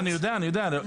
אני יודע, אני יודע.